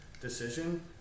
decision